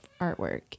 artwork